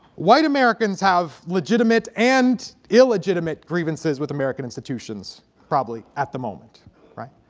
white americans have legitimate and illegitimate grievances with american institutions probably at the moment right.